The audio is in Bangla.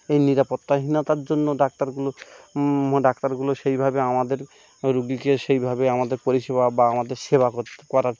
এই নিরাপত্তাহীনতার জন্য ডাক্তারগুলো ডাক্তারগুলো সেইভাবে আমাদের রোগীকে সেইভাবে আমাদের পরিষেবা বা আমাদের সেবা করতে করার